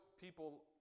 people